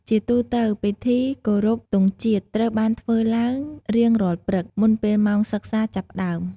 ជាទូទៅ ពិធីគោរពទង់ជាតិត្រូវបានធ្វើឡើងរៀងរាល់ព្រឹក មុនពេលម៉ោងសិក្សាចាប់ផ្តើម។